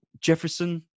Jefferson